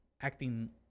acting